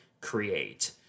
create